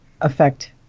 affect